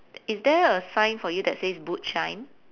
is there a sign for you that says boot shine